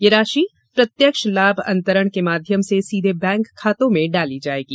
यह राशि प्रत्यक्ष लाभ अंतरण के माध्यम से सीधे बैंक खाते में डाली जाएगी